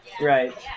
Right